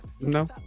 No